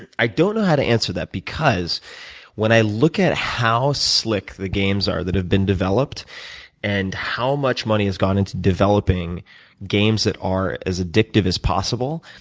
and i don't know how to answer that because when i look at how slick the games are that have been developed and how much money has gone into developing games that are as addictive as possible,